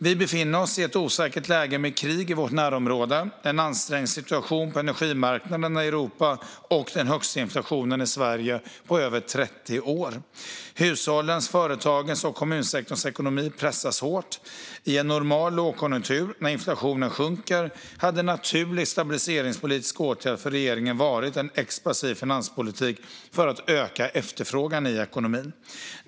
Vi befinner oss i ett osäkert läge med krig i vårt närområde, en ansträngd situation på energimarknaderna i Europa och den högsta inflationen i Sverige på över 30 år. Hushållens, företagens och kommunsektorns ekonomi pressas hårt. I en normal lågkonjunktur när inflationen sjunker hade en naturlig stabiliseringspolitisk åtgärd för regeringen varit en expansiv finanspolitik för att öka efterfrågan i ekonomin.